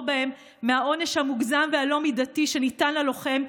בהם מהעונש המוגזם והלא-מידתי שניתן ללוחם,